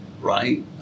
Right